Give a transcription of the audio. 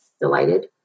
delighted